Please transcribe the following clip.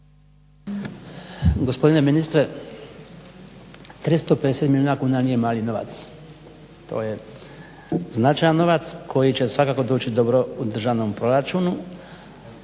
Hvala i vama